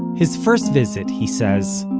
his first visit, he says,